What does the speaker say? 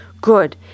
Good